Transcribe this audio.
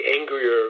angrier